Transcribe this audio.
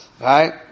right